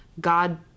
God